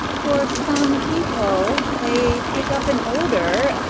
for some people, they pick up an odour,